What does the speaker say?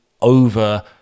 over